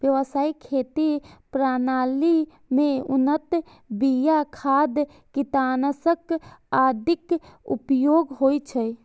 व्यावसायिक खेती प्रणाली मे उन्नत बिया, खाद, कीटनाशक आदिक उपयोग होइ छै